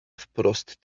wprost